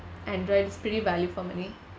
androids it's pretty value for money